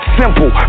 simple